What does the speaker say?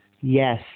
Yes